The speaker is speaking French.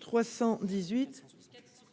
318